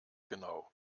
genau